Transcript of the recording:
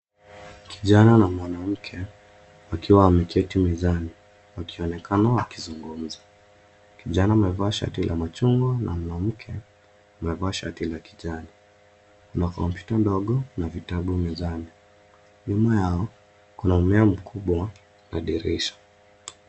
Kijana na mwanamke wakiwa wameketi mezani wakionekana wakizungumza. Kijana amevaa shati ya machungwa na mwanamke amevaa shati la kijani. Kuna komputa ndogo na vitabu mezani. Nyuma yao kuna mmea mdogo kwa dirisha.